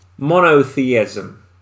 monotheism